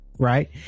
Right